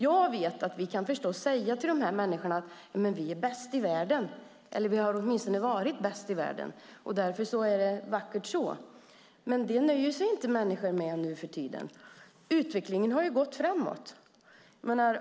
Vi kan förstås säga till dessa människor att vi är bäst i världen, eller åtminstone har varit bäst i världen, och det är vackert så. Men det nöjer sig inte människor med nu för tiden. Utvecklingen har ju gått framåt.